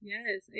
Yes